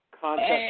concept